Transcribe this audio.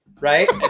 right